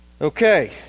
Okay